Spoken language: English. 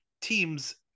teams